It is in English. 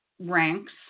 ranks